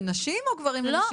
של נשים או של נשים וגברים ביחד?